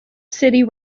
city